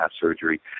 surgery